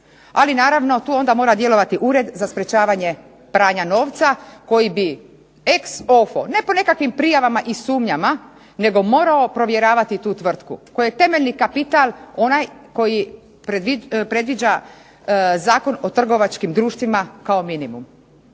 Ali, naravno tu onda mora djelovati Ured za sprečavanje pranja novca koji bi ex offo, ne po nekakvim prijavama i sumnjama, nego morao provjeravati tu tvrtku kojoj je temeljni kapital onaj koji predviđa Zakon o trgovačkim društvima kao minimum.